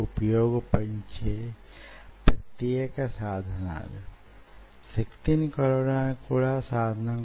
ఈ రెండూ వొక దానితో వొకటి చేతులో చెయ్యి వేసుకుని ముందుకు సాగుతాయి